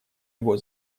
его